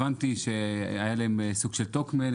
הבנתי שהיה להם סוג של טוקמן,